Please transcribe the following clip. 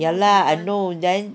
ya lah I know then